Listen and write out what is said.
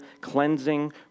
cleansing